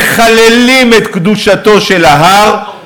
מחללים את קדושתו של ההר,